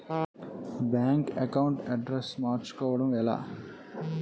Bank account address మార్చుకోవడం ఎలా?